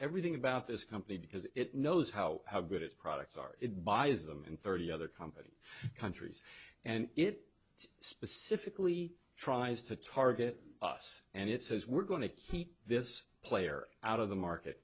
everything about this company because it knows how good its products are it buys them in thirty other companies countries and it specifically tries to target us and it says we're going to keep this player out of the market